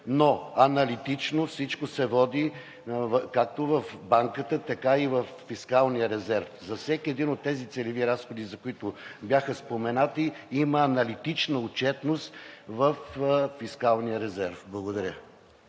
но аналитично всичко се води както в банката, така и във фискалния резерв. За всеки един от тези целеви разходи, за които бяха споменати, има аналитична отчетност във фискалния резерв. Благодаря.